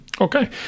Okay